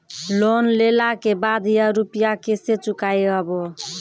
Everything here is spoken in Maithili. लोन लेला के बाद या रुपिया केसे चुकायाबो?